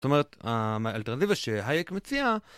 זאת אומרת, האלטרנטיבה שהייק מציע...